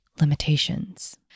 limitations